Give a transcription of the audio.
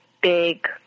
big